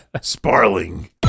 Sparling